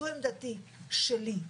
זו עמדתי שלי.